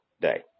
day